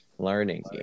Learning